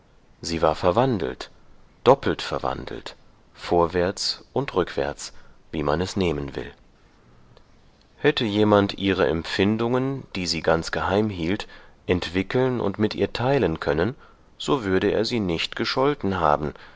sie war verwandelt doppelt verwandelt vorwärts und rückwärts wie man es nehmen will hätte jemand ihre empfindungen die sie ganz geheimhielt entwickeln und mit ihr teilen können so würde er sie nicht gescholten haben